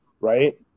right